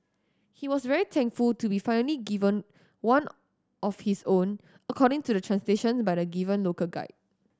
he was very thankful to be finally given one of his own according to translation by the given local guide